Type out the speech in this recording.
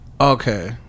Okay